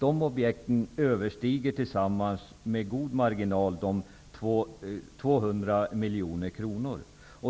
De objekten överstiger tillsammans med god marginal 200 miljoner kronor.